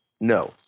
No